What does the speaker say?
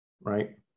right